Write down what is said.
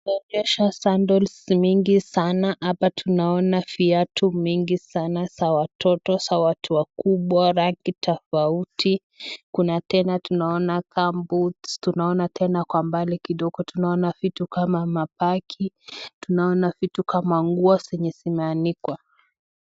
Tumeonyeshwa sandles mingi sana hapa tunaona viatu mingi sana za watoto ,za watu wakubwa rangi tofauti. Kuna tena tunaona gumboots tena tunaona kwa umbali kidogo vitu kama ma begi, tunaona vitu kama nguo zenye zimeanikwa.